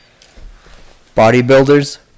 Bodybuilders